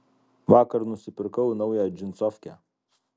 vakar nusipirkau naują džinsofkę